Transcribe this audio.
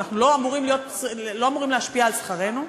אנחנו לא אמורים להשפיע על שכרנו.